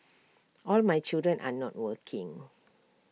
all my children are not working